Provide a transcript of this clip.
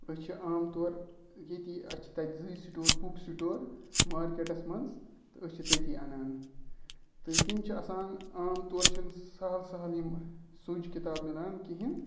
أسۍ چھِ عام طور ییٚتی اَسہِ چھِ تَتہِ زٕے سِٹور بُک سِٹور مارکٮ۪ٹَس منٛز تہٕ أسۍ چھِ تٔتی اَنان تہٕ تِم چھِ آسان عام طور چھِنہٕ سَہل سَہل یِم سرۅج کِتاب میلان کِہیٖنٛۍ